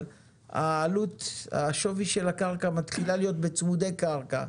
אבל שווי הקרקע מתחיל להיות בצמודי קרקע.